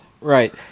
right